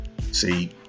See